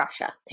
Russia